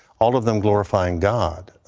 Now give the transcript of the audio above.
all of them glorifying god.